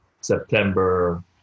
September